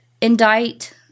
indict